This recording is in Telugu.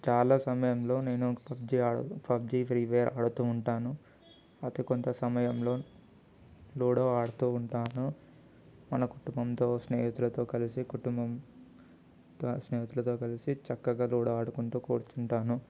చాలా సమయంలో నేను పబ్జి ఆడు పబ్జి ఫ్రీ ఫైర్ ఆడుతూ ఉంటాను అతి కొంత సమయంలో లూడో ఆడుతూ ఉంటాను మన కుటుంబంతో స్నేహితులతో కలిసి కుటుంబంతో స్నేహితులతో కలిసి చక్కగా లూడో ఆడుకుంటూ కూర్చుంటాను